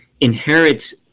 inherits